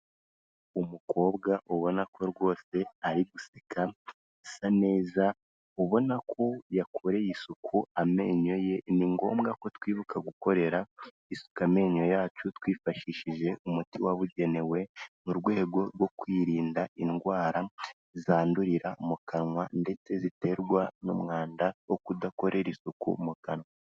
Umukobwa ubona ko rwose ari guseka, asa neza, ubona ko yakoreye isuku amenyo ye ni ngombwa ko twibuka gukorera isuka amenyo yacu twifashishije umuti wabugenewe, mu rwego rwo kwirinda indwara, zandurira mu kanwa ndetse ziterwa n'umwanda wo kudakorera isuku mu kanwa.